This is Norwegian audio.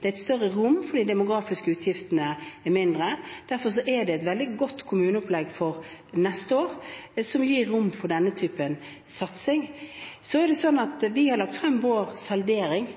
Det er et større rom, fordi de demografiske utgiftene er mindre. Derfor er det et veldig godt kommuneopplegg for neste år, som gir rom for denne typen satsing. Så har vi lagt frem vår saldering